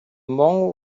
monk